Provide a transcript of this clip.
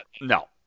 No